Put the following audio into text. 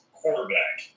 quarterback